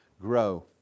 Grow